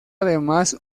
además